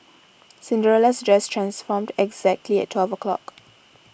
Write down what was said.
Cinderella's dress transformed exactly at twelve o'clock